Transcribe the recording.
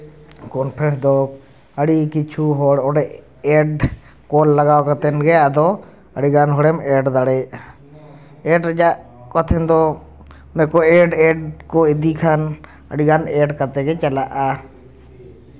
conference ᱫᱚ ᱟᱹᱰᱤ ᱠᱤᱪᱷᱩ ᱦᱚᱲ ᱚᱸᱰᱮ ᱮᱰ ᱠᱚᱞ ᱞᱟᱜᱟᱣ ᱠᱛᱮᱫ ᱜᱮ ᱟᱫᱚ ᱟᱹᱰᱤᱜᱟᱱ ᱦᱚᱲᱮᱢ ᱮᱰ ᱫᱟᱲᱮᱭᱟᱜᱼᱟ ᱮᱰ ᱨᱮᱭᱟᱜ ᱚᱠᱟ ᱴᱷᱮᱱ ᱫᱚ ᱮᱰ ᱮᱰ ᱠᱚ ᱤᱫᱤ ᱠᱷᱟᱱ ᱟᱹᱰᱤᱜᱟᱱ ᱮᱰ ᱠᱟᱛᱮᱫ ᱜᱮ ᱪᱟᱞᱞᱟᱜᱼᱟ